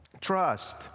trust